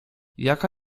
jaka